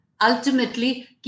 Ultimately